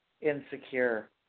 Insecure